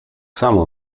samo